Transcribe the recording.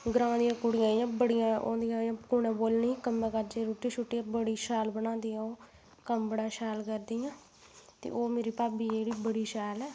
ग्रांऽ दी कुड़ियां इ'यां बड़ियां होंदियां ओह् कुसै ने बोलने ई कम्मा काजे गी इ'यां रूट्टी शुट्टी बड़ी शैल बनांदियां ओह् कम्म बड़ा शैल करदियां ते ओह् मेरी भाभी जेह्ड़ी बड़ी शैल ऐ